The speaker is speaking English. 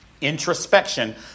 Introspection